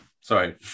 Sorry